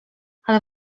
ale